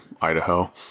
idaho